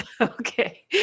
Okay